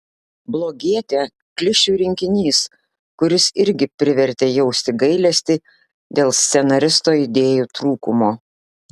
blogietė klišių rinkinys kuris irgi privertė jausti gailesti dėl scenaristo idėjų trūkumo